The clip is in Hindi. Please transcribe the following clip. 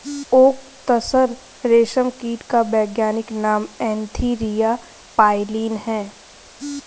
ओक तसर रेशम कीट का वैज्ञानिक नाम एन्थीरिया प्राइलीन है